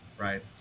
right